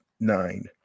Nine